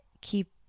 keep